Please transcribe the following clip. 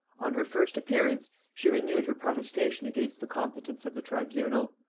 on her first appearance she renewed her protestation against the competence of the tribunal.